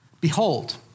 behold